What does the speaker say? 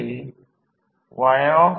येथे असल्यास विभाजित करा